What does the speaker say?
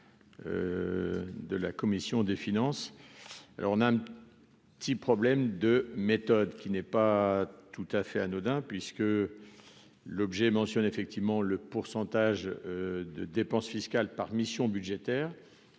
de la commission des finances, alors on a un petit problème de méthode qui n'est pas tout à fait anodin puisque l'objet mentionné, effectivement, le pourcentage de. Dépenses fiscales par mission budgétaire